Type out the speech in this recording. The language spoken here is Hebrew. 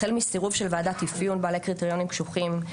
החל מסירוב של ועדת אפיון בעלי קריטריונים קשוחים,